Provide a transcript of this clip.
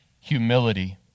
humility